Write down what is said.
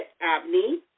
Abney